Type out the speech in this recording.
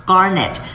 Garnet，